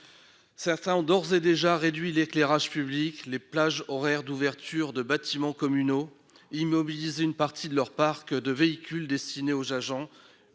Certains ont d'ores et déjà réduit l'éclairage public et les plages horaires d'ouverture des bâtiments communaux, immobilisé une partie de leur parc de véhicules destiné aux agents